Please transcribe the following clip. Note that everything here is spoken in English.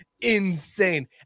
insane